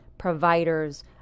providers